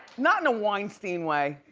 not in a weinstein way.